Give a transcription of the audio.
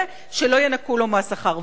ושלא ינכו לו מהשכר,